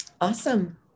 Awesome